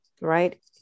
right